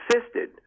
assisted